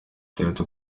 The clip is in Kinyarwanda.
reka